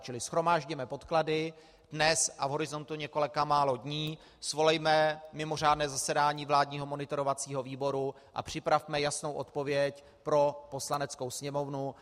Čili shromáždíme podklady dnes a v horizontu několika málo dní svolejme mimořádné zasedání vládního monitorovacího výboru a připravme jasnou odpověď pro Poslaneckou sněmovnu.